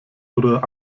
oder